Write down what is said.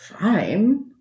fine